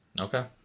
Okay